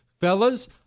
fellas